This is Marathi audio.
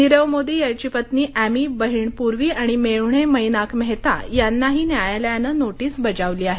नीरव मोदी याची पत्नी अॅमीबहिण पूर्वी आणि मेव्हणे मैनाक मेहता यांनाही न्यायालयानं नोटीस बजावली आहे